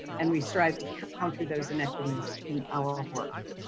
and we strive to counter those inequities in our work.